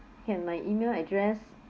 can my email address